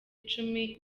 icumi